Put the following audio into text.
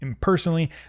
personally